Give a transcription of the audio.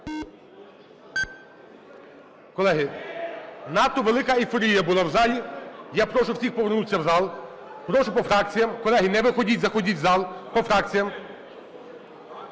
Колеги, надто велика ейфорія була в залі. Я прошу всіх повернутися в зал. Прошу по фракціях. Колеги, не виходіть, заходіть в зал. По фракціях.